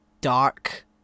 dark